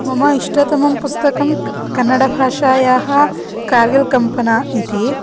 मम इष्टतमं पुस्तकं कन्नडभाषायाः कार्गिल् कम्पन इति